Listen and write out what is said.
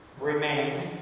remain